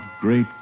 great